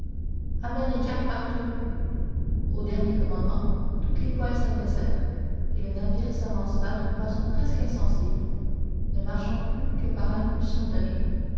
cargue partout au dernier commandement toutes les voiles s'abaissèrent et le navire s'avança d'une façon presque insensible ne marchant plus que par l'impulsion donnée